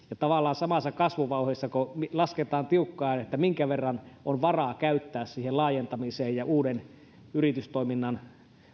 tavallaan samassa kasvuvauhdissa kun lasketaan tiukkaan minkä verran on varaa käyttää siihen laajentamisen ja uuden yritystoiminnan